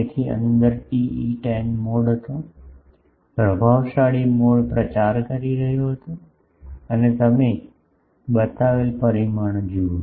તેથી અંદર TE10 mode હતો પ્રભાવશાળી મોડ પ્રચાર કરી રહ્યો હતો અને તમે બતાવેલ પરિમાણો જુઓ